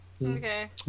Okay